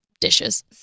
Dishes